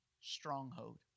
stronghold